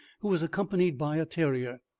who was accompanied by a terrier.